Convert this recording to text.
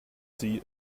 sie